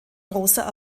großer